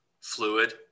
fluid